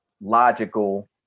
logical